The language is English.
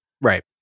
Right